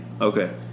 Okay